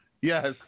Yes